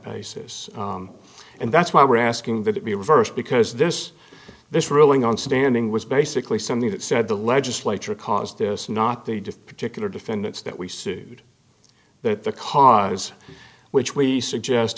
basis and that's why we're asking that it be reversed because there's this ruling on standing was basically something that said the legislature caused this not they just particular defendants that we sued that the cause which we suggest